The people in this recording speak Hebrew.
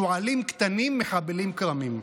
שועלים קטנים, מחבלים כרמים.